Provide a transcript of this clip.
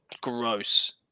gross